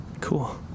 Cool